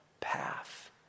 path